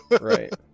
right